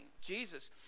Jesus